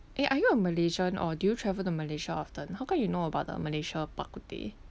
eh are you a malaysian or do you travel to malaysia often how come you know about the malaysia bak kut teh